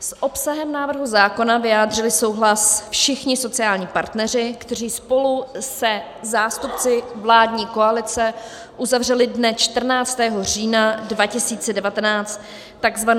S obsahem návrhu zákona vyjádřili souhlas všichni sociální partneři, kteří spolu se zástupci vládní koalice uzavřeli dne 14. října 2019 tzv.